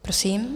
Prosím.